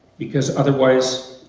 because otherwise,